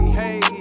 hey